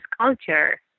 culture